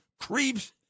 creeps